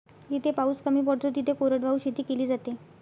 जिथे पाऊस कमी पडतो तिथे कोरडवाहू शेती केली जाते